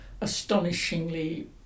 astonishingly